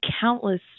countless